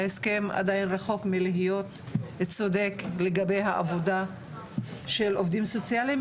ההסכם עדיין רחוק מלהיות צודק לגבי העבודה של עובדים סוציאליים.